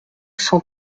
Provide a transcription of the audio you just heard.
cent